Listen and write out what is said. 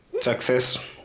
Success